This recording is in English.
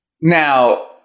Now